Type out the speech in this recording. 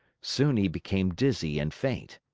soon he became dizzy and faint.